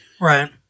right